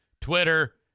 Twitter